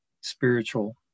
spiritual